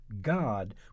God